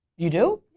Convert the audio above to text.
you do?